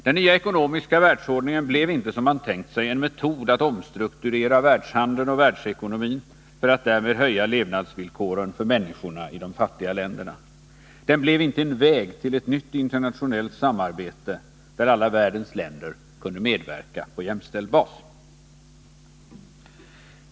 Den nya ekonomiska världsordningen blev inte som man tänkt sig en metod att omstrukturera världshandeln och världsekonomin för att därmed höja levnadsvillkoren för människorna i de fattiga länderna. Den blev inte en väg till ett nytt internationellt samarbete där alla världens länder kunde medverka på jämställd bas.